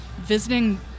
visiting